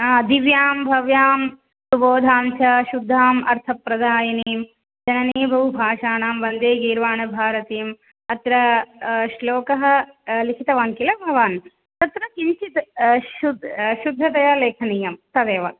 आ दिव्यां भव्यां सुबोधाञ्च शुद्धाम् अर्थप्रदायिनीं जननी बहुभाषाणां वन्दे गीर्वाणभारतीम् अत्र श्लोकः लिखितवान् किल भवान् तत्र किञ्चित् शुद्धतया लेखनीयं तदेव